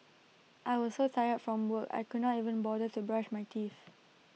I was so tired from work I could not even bother to brush my teeth